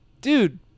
dude